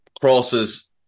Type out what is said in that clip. crosses